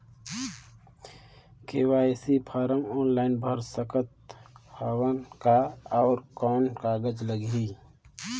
KYC form online भर सकत हवं का? अउ कौन कागज लगही?